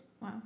Wow